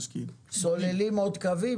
סוללים עוד קווים?